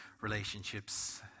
relationships